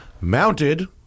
mounted